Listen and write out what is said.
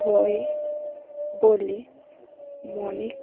হয় বলে মনে